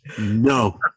No